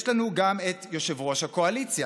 יש לנו גם את יושב-ראש הקואליציה,